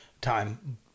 time